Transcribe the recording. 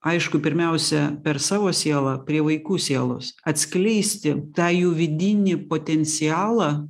aišku pirmiausia per savo sielą prie vaikų sielos atskleisti tą jų vidinį potencialą